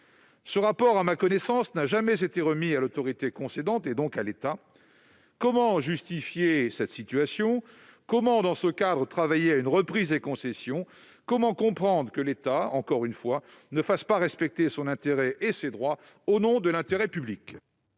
ce rapport n'a jamais été remis à l'autorité concédante, donc à l'État. Comment justifier cette opacité ? Comment, dans ce cadre, travailler à une reprise des concessions ? Comment comprendre que l'État, encore une fois, ne fasse pas respecter ses droits, au nom de l'intérêt public ?